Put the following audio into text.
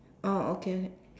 oh okay okay